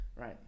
right